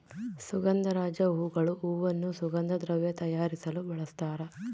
ಸುಗಂಧರಾಜ ಹೂಗಳು ಹೂವನ್ನು ಸುಗಂಧ ದ್ರವ್ಯ ತಯಾರಿಸಲು ಬಳಸ್ತಾರ